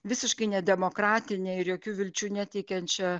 visiškai nedemokratine ir jokių vilčių neteikiančia